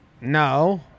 No